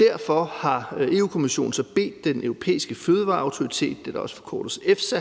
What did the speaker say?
Derfor har Europa-Kommissionen bedt Den Europæiske Fødevareautoritet, som også forkortes EFSA,